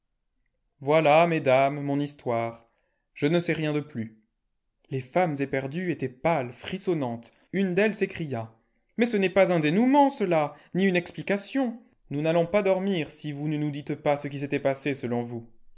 voilà mesdames mon histoire je ne sais rien de plus les femmes éperdues étaient pâles frissonnantes une d'elles s'écria mais ce n'est pas un dénouement cela ni une explication nous n'allons pas dormir si vous ne nous dites pas ce qui s'était passé selon vous